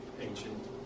ancient